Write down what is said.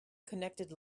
connected